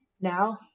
Now